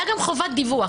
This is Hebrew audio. והייתה גם חובת דיווח.